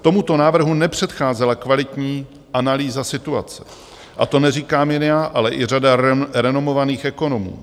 Tomuto návrhu nepředcházela kvalitní analýza situace, a to neříkám jen já, ale i řada renomovaných ekonomů.